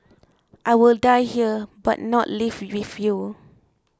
I will die here but not leave with you